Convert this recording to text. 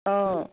অঁ